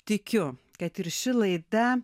tikiu kad ir ši laida